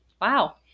Wow